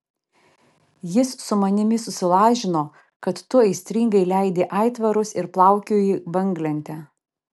jis su manimi susilažino kad tu aistringai leidi aitvarus ir plaukioji banglente